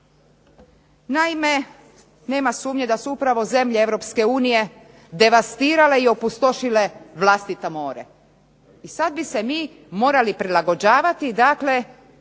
Naime, nema sumnje da su upravo zemlje Europske unije devastirale i opustošile vlastito more i sada bi se mi morali prilagođavati i